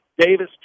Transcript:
Davis